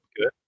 good